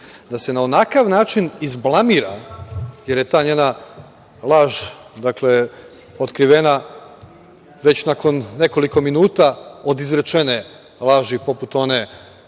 da se na onakav način izblamira, jer je ta njena laž, dakle, otkrivena već nakon nekoliko minuta od izrečene laži, poput one